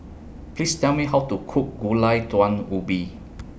Please Tell Me How to Cook Gulai Daun Ubi